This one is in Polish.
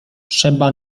trzeba